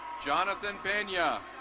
jonathan pena.